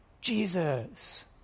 Jesus